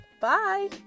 Bye